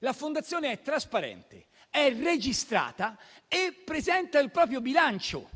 La Fondazione è trasparente, registrata e presenta il proprio bilancio.